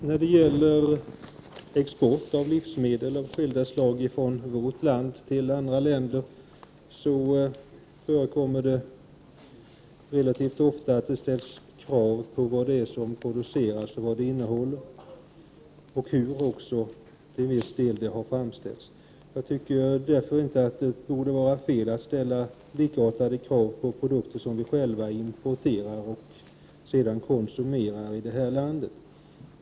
Herr talman! Vid export av livsmedel av skilda slag från vårt land till andra länder förekommer det relativt ofta att det ställs krav på det som produceras, vad det innehåller och också i vissa fall hur det har framställts. Jag tycker inte att det borde vara fel att ställa likartade krav på produkter som vi själva importerar och sedan konsumerar här i landet.